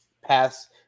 Pass